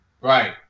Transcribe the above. Right